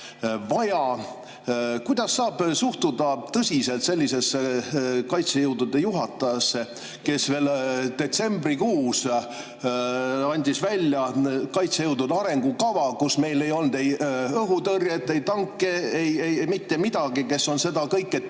vaja. Kuidas saab suhtuda tõsiselt sellisesse kaitsejõudude juhatajasse, kes veel detsembrikuus andis välja kaitsejõudude arengukava, kus ei olnud ei õhutõrjet, tanke ega mitte midagi, ja kes on seda kõike